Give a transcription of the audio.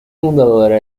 fundadora